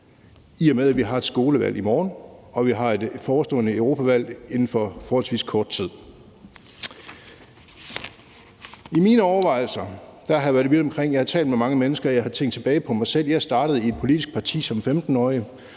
og vi inden for forholdsvis kort tid har et forestående europaparlamentsvalg. I mine overvejelser har jeg været vidt omkring, og jeg har talt med mange mennesker, og jeg har tænkt tilbage på mig selv. Jeg startede i et politisk parti som 15-årig